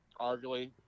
arguably